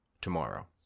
tomorrow